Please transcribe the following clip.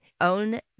own